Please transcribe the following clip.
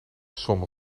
zwom